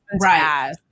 right